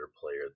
player